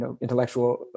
intellectual